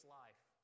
life